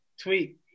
tweet